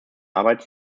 arbeit